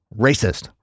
racist